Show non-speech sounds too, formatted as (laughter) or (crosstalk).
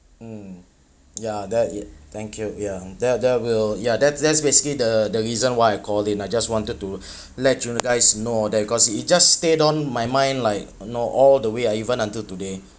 mm ya that it thank you yeah that that will ya that's that's basically the the reason why I called in I just wanted to (breath) let you all guys know all that cause it just stayed on my mind like you know all the way ah even until today